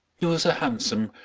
he was a handsome,